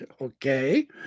Okay